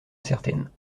incertaine